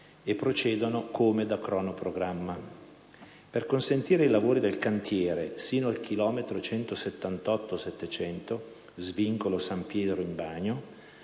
e procedono come da cronoprogramma. Per consentire i lavori del cantiere sito al chilometro 178+700 (svincolo San Piero in Bagno)